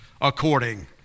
according